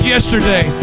Yesterday